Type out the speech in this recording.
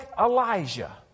Elijah